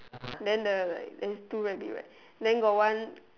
then there are like there is two rabbit right then got one